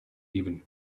even